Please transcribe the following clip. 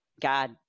God